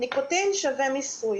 ניקוטין שווה מיסוי.